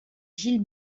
gilles